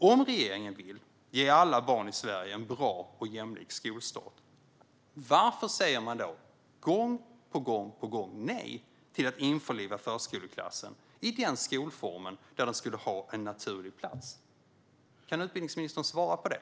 Om regeringen vill ge alla barn i Sverige en bra och jämlik skolstart, varför säger man då gång på gång nej till att införliva förskoleklassen i den skolform där den skulle ha en naturlig plats? Kan utbildningsministern svara på det?